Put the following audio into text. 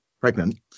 pregnant